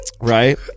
Right